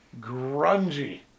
grungy